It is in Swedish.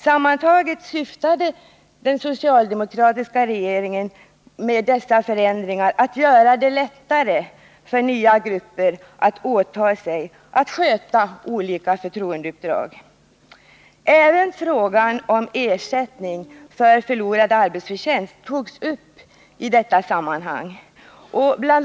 Sammantaget syftade den socialdemokratiska regeringen med dessa förändringar till att göra det lättare för nya grupper att åta sig olika förtroendeuppdrag. Även frågan om ersättning för förlorad arbetsförtjänst togs upp i detta sammanhang. Bl.